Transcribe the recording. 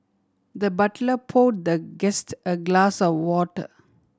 the butler pour the guest a glass of water